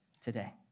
today